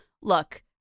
look